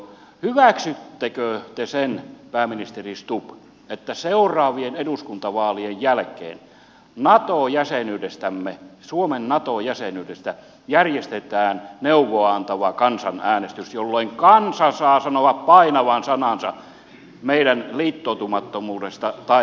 hyväksyttekö te sen pääministeri stubb että seuraavien eduskuntavaalien jälkeen nato jäsenyydestämme suomen nato jäsenyydestä järjestetään neuvoa antava kansanäänestys jolloin kansa saa sanoa painavan sanansa meidän liittoutumattomuudesta tai liittymisestä natoon